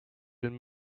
been